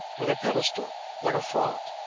with a pedestal, like a font,